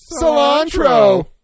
Cilantro